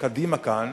קדימה כאן